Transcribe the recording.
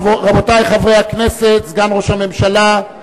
רבותי חברי הכנסת, סגן ראש הממשלה,